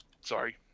Sorry